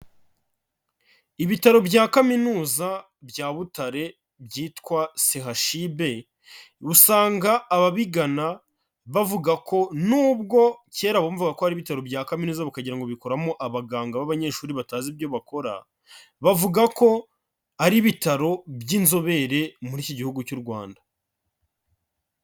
Ibitaro bya kaminuza bya Butare byitwa Sehashibe, usanga ababigana bavuga ko nubwo kera bumvaga ko ari ibitaro bya kaminuza bakagira ngo bikoramo abaganga b'abanyeshuri batazi ibyo bakora, bavuga ko ari ibitaro by'inzobere muri iki gihugu cy'u Rwanda.